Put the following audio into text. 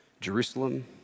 Jerusalem